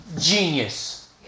Genius